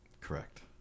Correct